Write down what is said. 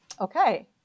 Okay